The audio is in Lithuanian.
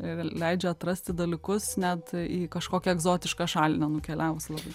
ir leidžia atrasti dalykus net į kažkokią egzotišką šalį nenukeliavus labai